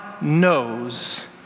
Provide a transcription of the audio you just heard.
knows